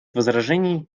возражений